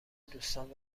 دوستام